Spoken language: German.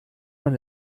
man